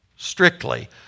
strictly